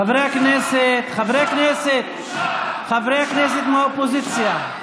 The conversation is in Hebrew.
חברי הכנסת, חברי הכנסת, חברי הכנסת מהאופוזיציה.